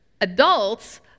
Adults